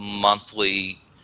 monthly